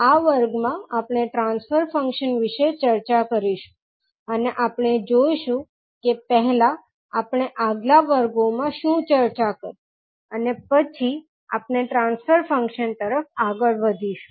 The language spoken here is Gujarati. આ વર્ગમાં આપણે ટ્રાંસ્ફર ફંક્શન વિશે ચર્ચા કરીશું અને આપણે જોઇશું કે પહેલા આપણે આગલા વર્ગો માં શું ચર્ચા કરી અને પછી આપણે ટ્રાંસ્ફર ફંક્શન તરફ આગળ વધીશું